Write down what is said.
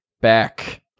back